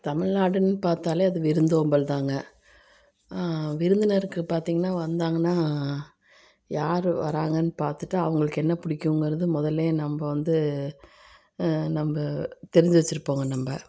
தமிழ்நாடுன்னு பார்த்தாலே அது விருந்தோம்பல்தாங்க விருந்தினருக்கு பார்த்திங்கனா வந்தாங்கனால் யார் வராங்கன்னு பார்த்துட்டு அவங்களுக்கு என்ன பிடிக்குங்குறது முதல்லே நம்ப வந்து நம்ப தெரிஞ்சு வச்சுருப்போங்க நம்ப